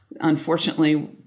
unfortunately